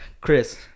Chris